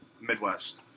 Midwest